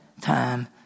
time